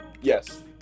yes